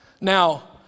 Now